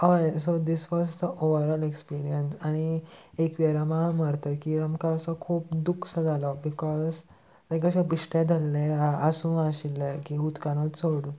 हय so this was the overall experience आनी एकवेरमा मरतकीर आमकां असो खूब दुख्ख सो जालो बिकॉज लायक अशे बिश्टें धरलें आसूं आशिल्लें की उदकानूत सोडूं